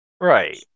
Right